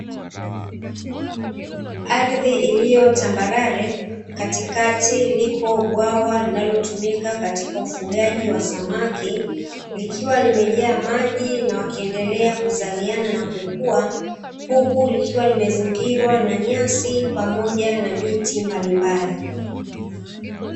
Ardhi iliyo tambarare katika lipo bwawa linalotumika kwa ufugaji wa samaki, likiwa limejaa maji na wakiendelea kuzaliana na kukua, huku likiwa limzingirwa na nyasi pamoja na miti mbalimbali.